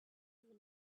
may